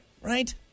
Right